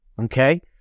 Okay